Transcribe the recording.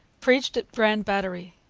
preached at grand batery.